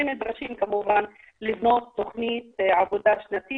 ונדרשים כמובן לבנות תוכנית עבודה שנתית